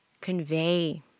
convey